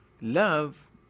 Love